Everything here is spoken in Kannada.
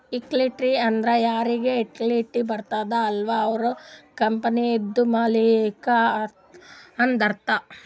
ಇಕ್ವಿಟಿ ಅಂದುರ್ ಯಾರಿಗ್ ಇಕ್ವಿಟಿ ಬರ್ತುದ ಅಲ್ಲ ಅವ್ರು ಕಂಪನಿದು ಮಾಲ್ಲಿಕ್ ಅಂತ್ ಅರ್ಥ